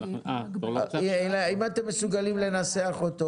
אם אתם מסוגלים לנסח אותו